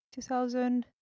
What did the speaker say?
2000